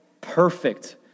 perfect